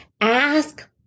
Ask